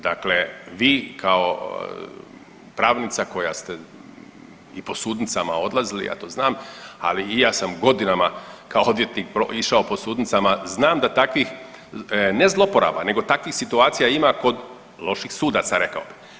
Dakle, vi kao pravnica koja ste i po sudnicama odlazili ja to znam, ali i ja sam godinama kao odvjetnik išao po sudnicama, znam da takvih ne zloporaba nego takvih situacija ima kod loših sudaca rekao bih.